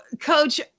coach